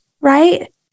right